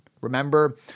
Remember